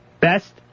Best